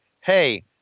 Hey